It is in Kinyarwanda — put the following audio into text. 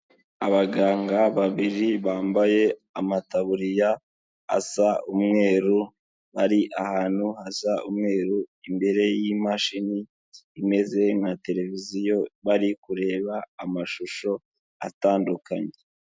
Abaganga babiri bambaye amataburiya asa umweru, ari ahantu hasa umweru imbere y'imashini, imeze na televiziyo bari kureba amashusho atandukanye.